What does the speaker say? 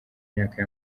myaka